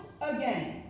again